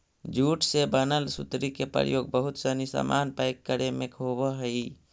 jute से बनल सुतरी के प्रयोग बहुत सनी सामान पैक करे में होवऽ हइ